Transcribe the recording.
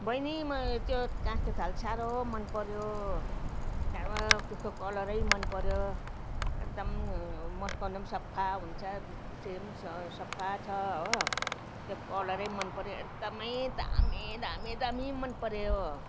बहिनी म त्यो काँसको थाल साह्रो मनपर्यो त्यसको कलरै मनपर्यो एकदम मस्काउँदा पनि सफा हुन्छ पिछ् पिछे पनि सफा छ हो त्यो कलरै मनपर्यो एकदमै दामी दामी दामी मनपर्यो